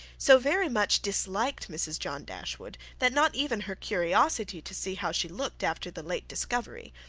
so very much disliked mrs. john dashwood, that not even her curiosity to see how she looked after the late discovery,